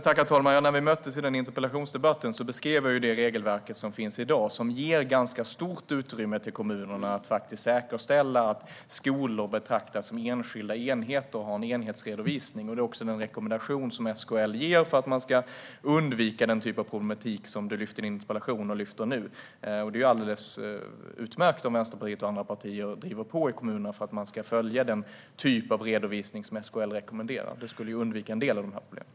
Herr talman! När vi möttes i interpellationsdebatten beskrev jag det regelverk som finns i dag och som ger ganska stort utrymme till kommunerna att säkerställa att skolor betraktas som enskilda enheter och har en enhetsredovisning. Det är också den rekommendation som SKL ger för att man ska undvika den typ av problematik som du lyfter fram i din interpellation och även nu. Det är alldeles utmärkt om Vänsterpartiet och andra partier driver på i kommunerna för att man ska följa den typ av redovisning som SKL rekommenderar. Det skulle göra att man undvek en del av problemen.